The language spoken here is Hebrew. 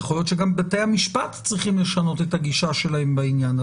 יכול להיות שגם בתי המשפט צריכים לשנות את הגישה שלהם בעניין.